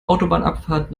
autobahnabfahrt